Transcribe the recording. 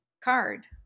card